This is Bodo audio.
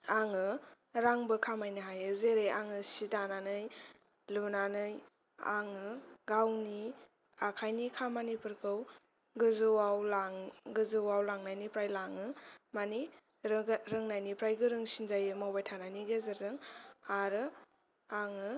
आङो रांबो खामायनो हायो जेरै आङो सि दानानै लुनानै आङो गावनि आखाइनि खामानिफोरखौ गोजौआव लां गोजौआव लांनायनिफ्राय लाङो मानि रोंनायनिफ्राय गोरोंसिन जायो मावबाय थानायनि गेजेरजों आरो आङो